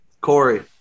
Corey